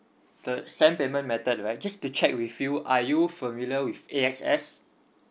the send payment method right just to check with you are you familiar with A X S